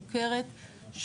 מוכרת,